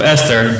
Esther